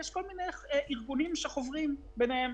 יש כל מיני ארגונים שחוברים ביניהם,